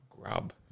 grub